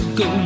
go